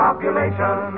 Population